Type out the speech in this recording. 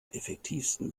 effektivsten